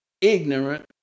ignorant